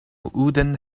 wooden